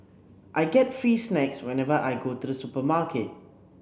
I get free snacks whenever I go to the supermarket